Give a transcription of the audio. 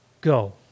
go